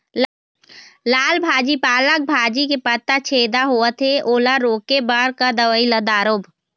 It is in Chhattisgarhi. लाल भाजी पालक भाजी के पत्ता छेदा होवथे ओला रोके बर का दवई ला दारोब?